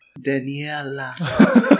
Daniela